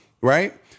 right